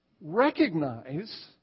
recognize